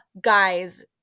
guys